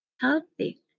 healthy